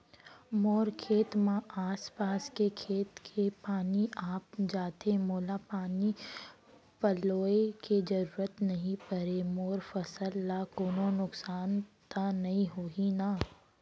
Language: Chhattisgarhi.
मोर खेत म आसपास के खेत के पानी आप जाथे, मोला पानी पलोय के जरूरत नई परे, मोर फसल ल कोनो नुकसान त नई होही न?